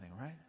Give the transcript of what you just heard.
right